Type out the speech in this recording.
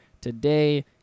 today